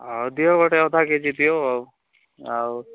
ଆଉ ଦିଅ ଗୋଟେ ଅଧା କେ ଜି ଦିଅ ଆଉ ଆଉ